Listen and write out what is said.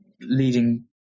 leading